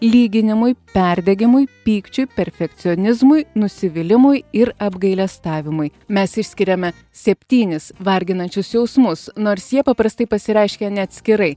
lyginimui perdegimui pykčiui perfekcionizmui nusivylimui ir apgailestavimui mes išskiriame septynis varginančius jausmus nors jie paprastai pasireiškia ne atskirai